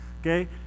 Okay